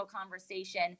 conversation